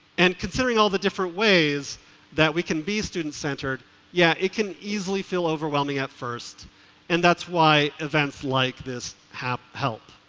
and considering all the different ways that we can be student-centered, yeah it can easily feel overwhelming at first and that's why events like this help.